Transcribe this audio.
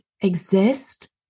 exist